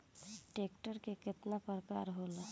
Tractor के केतना प्रकार होला?